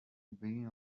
being